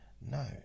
No